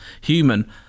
human